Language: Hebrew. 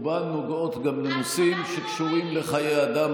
רובן נוגעות גם לנושאים שקשורים גם לחיי אדם,